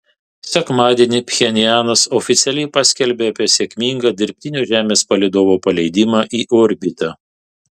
sekmadienį pchenjanas oficialiai paskelbė apie sėkmingą dirbtinio žemės palydovo paleidimą į orbitą